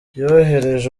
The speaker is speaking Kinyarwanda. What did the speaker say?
yoherereje